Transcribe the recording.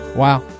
Wow